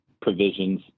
provisions